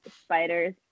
spiders